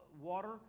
water